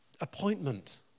appointment